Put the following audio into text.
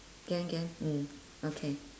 can can mm okay